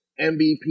MVP